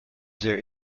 there